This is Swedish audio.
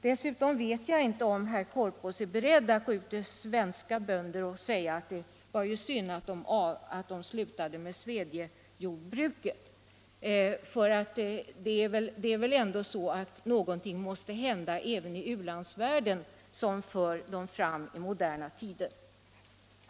Dessutom vet jag inte om herr Korpås är beredd att gå ut till svenska bönder och säga att det var synd att de slutade med svedjejordbruket. Det är väl ändå så att någonting måste hända även i u-landsvärlden, som för den fram mot moderna tider.